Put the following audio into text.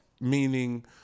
meaning